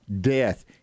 death